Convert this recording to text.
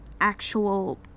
actual